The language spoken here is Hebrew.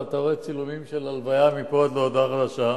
ואתה רואה צילומים של הלוויה מפה עד להודעה חדשה,